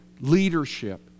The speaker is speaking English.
leadership